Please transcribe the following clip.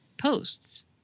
posts